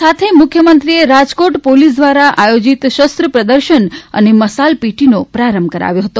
આ સાથે મુખ્યમંત્રીએ રાજકોટ પોલીસ દ્વારા આયોજીત શસ્ત્ર પ્રદર્શન અને મશાલ પીટીનો પ્રારંભ કરાવ્યો હતો